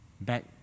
back